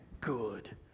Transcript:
good